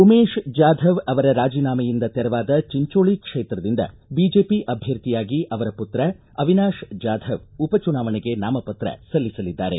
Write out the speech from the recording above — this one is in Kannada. ಉಮೇಶ ಜಾಧವ್ ಅವರ ರಾಜಿನಾಮೆಯಿಂದ ತೆರವಾದ ಚಿಂಚೋಳ ಕ್ಷೇತ್ರದಿಂದ ಬಿಜೆಪಿ ಅಭ್ಯರ್ಥಿಯಾಗಿ ಅವರ ಪುತ್ರ ಅವಿನಾಶ್ ಜಾಧವ್ ಉಪಚುನಾವಣೆಗೆ ನಾಮಪತ್ರ ಸಲ್ಲಿಸಲಿದ್ದಾರೆ